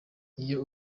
iyo